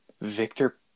Victor